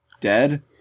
Dead